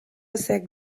sec